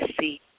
see